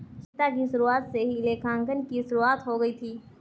सभ्यता की शुरुआत से ही लेखांकन की शुरुआत हो गई थी